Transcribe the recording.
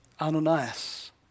Ananias